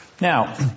Now